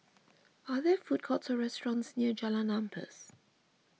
are there food courts or restaurants near Jalan Ampas